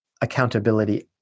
accountability